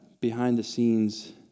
behind-the-scenes